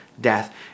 death